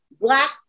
Black